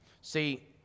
See